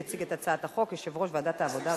יציג את הצעת החוק יושב-ראש ועדת העבודה,